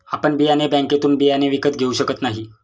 आपण बियाणे बँकेतून बियाणे विकत घेऊ शकत नाही